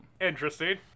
interesting